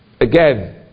again